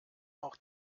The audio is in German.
auch